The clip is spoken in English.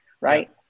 right